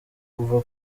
kugera